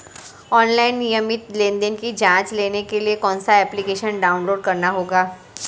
Online नियमित लेनदेन की जांच के लिए मुझे कौनसा एप्लिकेशन डाउनलोड करना होगा?